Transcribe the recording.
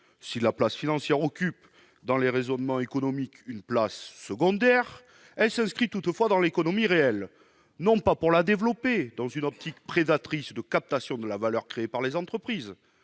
Si la place financière occupe, dans les raisonnements économiques, une place secondaire, elle s'inscrit toutefois dans l'économie réelle, non pour la développer, mais bien dans une perspective prédatrice de captation de la valeur créée par les entreprises.